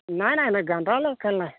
নাই নাই নাই গ্ৰাণ্টাৰৰ লগত খেল নাই